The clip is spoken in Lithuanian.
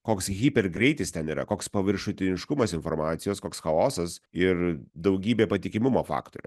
koks hiper greitis ten yra koks paviršutiniškumas informacijos koks chaosas ir daugybė patikimumo faktorių